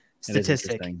statistic